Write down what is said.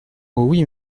oui